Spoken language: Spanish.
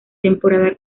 temporada